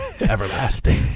everlasting